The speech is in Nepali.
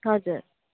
हजुर